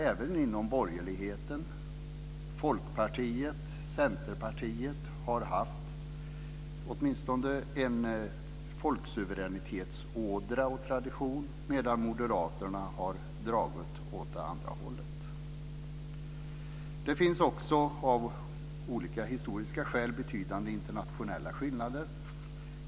Även borgerligheten, Folkpartiet, Centerpartiet, har haft en folksuveränitetsådra och tradition, medan Moderaterna har dragit åt det andra hållet. Det finns också av olika historiska skäl betydande internationella skillnader.